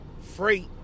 freight